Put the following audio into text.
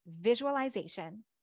visualization